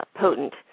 potent